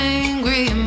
angry